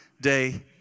day